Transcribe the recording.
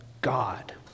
God